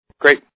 great